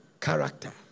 character